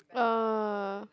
ah